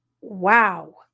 wow